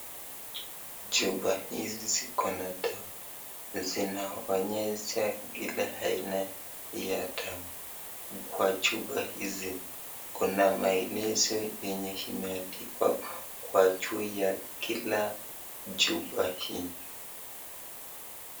Chupa hizi ziko na dawa, zinaonhesha kila aina ya dawa. Kwa chupa hizi kuna maelezo imeandikwa kwa juu ya kila chupa hii.